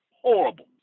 Horrible